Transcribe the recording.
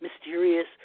mysterious